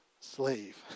slave